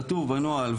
כתוב בנוהל,